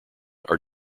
are